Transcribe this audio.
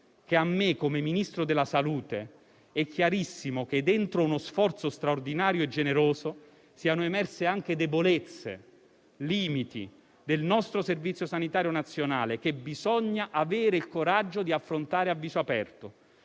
che a me come Ministro della salute è chiarissimo che dentro uno sforzo straordinario e generoso siano emerse anche debolezze, limiti del nostro Servizio sanitario nazionale che bisogna avere il coraggio di affrontare a viso aperto.